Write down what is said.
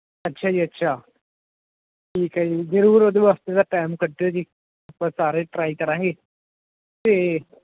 ਅੱਛਾ ਜੀ ਅੱਛਾ ਠੀਕ ਹੈ ਜੀ ਜ਼ਰੂਰ ਉਹਦੇ ਵਾਸਤੇ ਤਾਂ ਟਾਈਮ ਕੱਢਿਓ ਜੀ ਆਪਾਂ ਸਾਰੇ ਟਰਾਈ ਕਰਾਂਗੇ ਅਤੇ